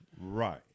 Right